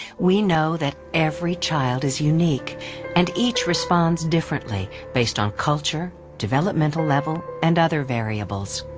we know that every child is unique and each responds differently based on culture, developmental levels, and other variables.